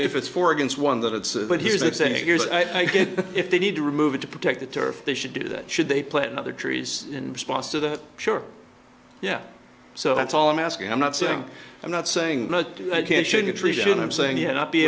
if it's for or against one that it's but here's it's a good if they need to remove it to protect the turf they should do that should they plan other trees in response to that sure yeah so that's all i'm asking i'm not saying i'm not saying kids should be treated and i'm saying you not be